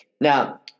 Now